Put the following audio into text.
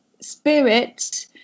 spirit